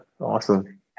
awesome